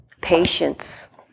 Patience